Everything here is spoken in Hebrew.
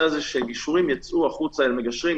הזה שאישורים ייצאו החוצה אל מגשרים.